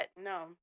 No